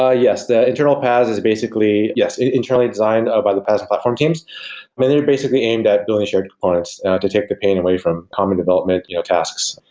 ah yes. the internal paas is basically yes, internally designed by the paas platform teams. they're basically aimed at building share components to take the pain away from common development you know tasks.